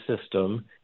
system